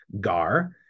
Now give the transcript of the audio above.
Gar